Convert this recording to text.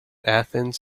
athens